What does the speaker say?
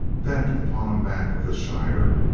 bent upon a map of the shire,